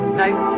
night